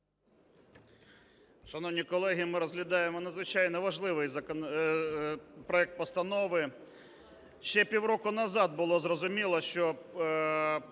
Шановні колеги, ми розглядаємо надзвичайно важливий проект постанови. Ще пів року назад було зрозуміло, що